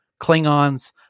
Klingons